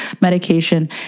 medication